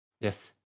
Yes